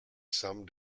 some